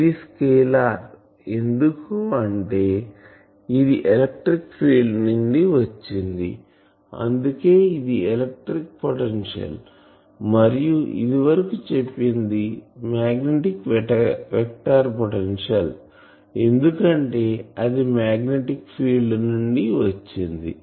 ఇది స్కేలార్ ఎందుకంటే ఇది ఎలక్ట్రిక్ ఫీల్డ్ నుండి వచ్చింది అందుకే ఇది ఎలక్ట్రిక్ పొటెన్షియల్ మరియు ఇదివరకు చెప్పింది మాగ్నెటిక్ వెక్టార్ పొటెన్షియల్ ఎందుకంటే అది మాగ్నెటిక్ ఫీల్డ్ నుండి వచ్చింది